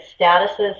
statuses